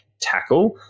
tackle